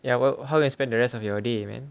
ya well how you spend the rest of your day man